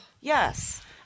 yes